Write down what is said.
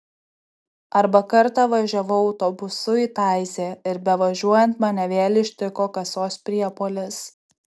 arba kartą važiavau autobusu į taizė ir bevažiuojant mane vėl ištiko kasos priepuolis